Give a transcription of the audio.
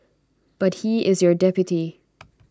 but he is your deputy